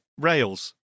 Rails